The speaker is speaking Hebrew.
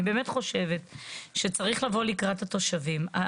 אני באמת חושבת שצריך לבוא לקראת התושבים.